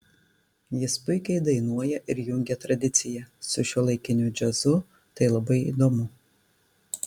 jis puikiai dainuoja ir jungia tradiciją su šiuolaikiniu džiazu tai labai įdomu